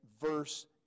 verse